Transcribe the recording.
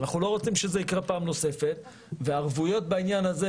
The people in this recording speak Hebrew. אנחנו לא רוצים שזה ייקרה פעם נוספת וערבויות בעניין הזה,